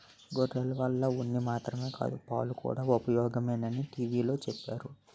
గొర్రెల వల్ల ఉన్ని మాత్రమే కాదు పాలుకూడా ఉపయోగమని టీ.వి లో చెప్పేరు